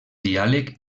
diàleg